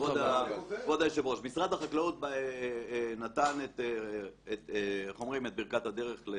משרד החקלאות נתן את ברכת הדרך.